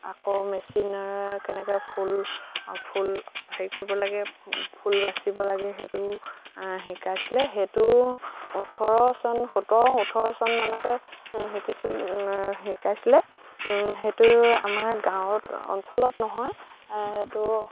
আকৌ মেচিনৰে কেনেকে ফুল ফুল হেৰি কৰিব লাগে ফুল বাচিব লাগে সেইটো শিকাইছিলে সেইটো ওঠৰ চন সোতৰ ওঠৰ চন মানতে শিকিছিল শিকাইছিলে সেইটো আমাৰ গাঁৱত অঞ্চলত নহয় সেইটো